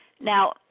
Now